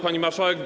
Pani Marszałek!